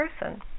person